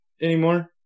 anymore